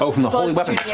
so from the holy weapon.